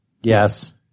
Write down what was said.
Yes